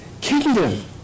kingdom